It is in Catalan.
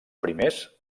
primers